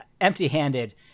empty-handed